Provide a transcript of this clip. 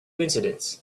incidents